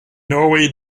norway